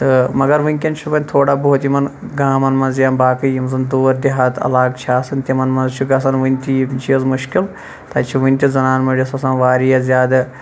تہٕ مَگَر وٕنکٮ۪ن چھُ وۄنۍ تھوڑا بہت یِمَن گامَن مَنٛز یا باقی یِم زَن دوٗر دِہات عَلاقہٕ چھِ آسان تِمَن مَنٛز چھِ گَژھان وٕنۍتہِ یِم چیٖز مُشکِل تَتہِ چھِ وٕنۍتہِ زَنان مٔڑِس آسان واریاہ زیادٕ